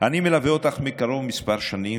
אני מלווה אותך מקרוב כמה שנים,